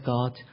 God